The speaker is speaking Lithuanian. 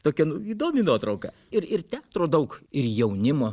tokia nu įdomi nuotrauka ir ir teatro daug ir jaunimo